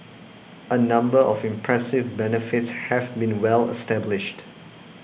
a number of impressive benefits have been well established